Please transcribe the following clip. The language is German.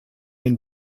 den